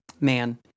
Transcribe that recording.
Man